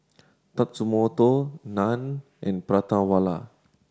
Tatsumoto Nan and Prata Wala